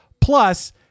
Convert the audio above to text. plus